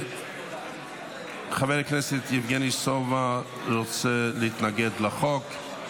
חבר הכנסת יבגני סובה רוצה להתנגד לחוק.